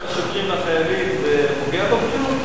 זורקים על השוטרים והחיילים זה פוגע בבריאות?